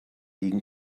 liegen